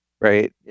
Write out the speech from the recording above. right